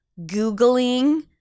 googling